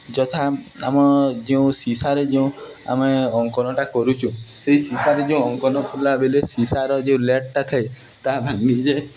ଯଥା ଆମ ଯେଉଁ ସିଶାରେ ଯେଉଁ ଆମେ ଅଙ୍କନଟା କରୁଛୁ ସେହି ସିଶାରେ ଯେଉଁ ଅଙ୍କନ କଲାବେଳେ ସିଶାର ଯେଉଁ ଲେଡ୍ଟା ଥାଏ ତାହା ଭାଙ୍ଗିଯାଏ